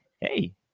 hey